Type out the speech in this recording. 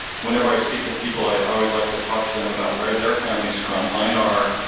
whenever i speak to people, i always like to talk to them about where their family's from. mine are,